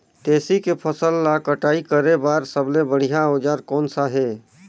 तेसी के फसल ला कटाई करे बार सबले बढ़िया औजार कोन सा हे?